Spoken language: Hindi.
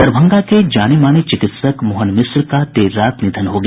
दरभंगा के जाने माने चिकित्सक मोहन मिश्र का देर रात निधन हो गया